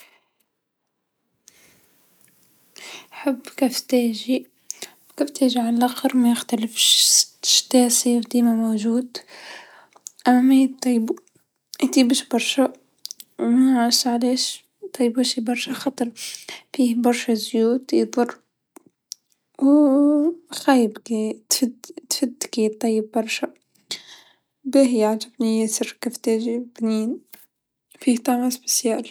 حب كفتاجي، كفتاجي على لاخر ميختلفش شتا صيف ديما موجود، أما يطيبو ميطيبش برشا منعرفش علاش ميطيبوهش برشا خاطر فيه برشا زيوت يضر و خايب كا تفد تفد كيطيب برشا، باهي يعجبني سر كفتاجي بنين.